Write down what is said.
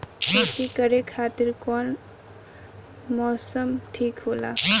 खेती करे खातिर कौन मौसम ठीक होला?